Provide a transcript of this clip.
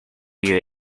you